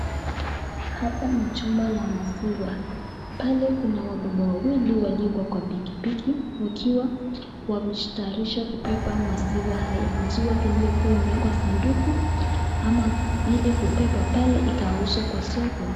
Hapa ni chumba la maziwa, pale kuna wababa wawili waliowekwa kwa pikipiki wakiwa wamejitayarisha kupima maziwa haya, maziwa iliyokuwa imewekwa sanduku ama ili kubeba pale ikauzwe kwa soko.